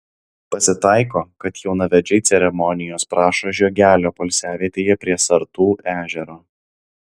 pasitaiko kad jaunavedžiai ceremonijos prašo žiogelio poilsiavietėje prie sartų ežero